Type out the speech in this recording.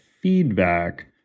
feedback